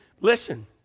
listen